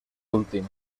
últim